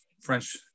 French